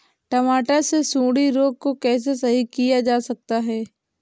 टमाटर से सुंडी रोग को कैसे सही किया जा सकता है?